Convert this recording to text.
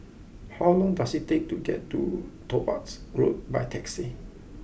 how long does it take to get to Topaz Road by taxi